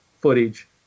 footage